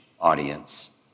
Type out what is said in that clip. audience